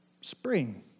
spring